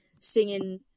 singing